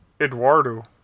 Eduardo